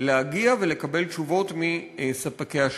להגיע ולקבל תשובות מספקי השירות.